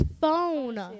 phone